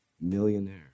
millionaire